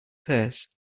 purse